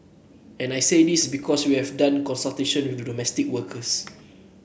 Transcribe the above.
and I say this because we have done consultation with domestic workers